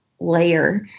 layer